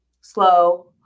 slow